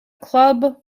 club